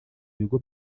bigo